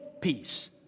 peace